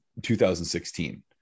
2016